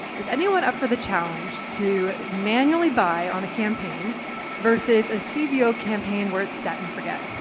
is anyone up for the challenge to manually buy on a campaign versus a cbo campaign worth set and forget?